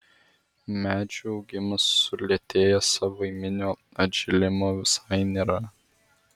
medžių augimas sulėtėja savaiminio atžėlimo visai nėra